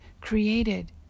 created